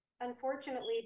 Unfortunately